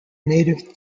native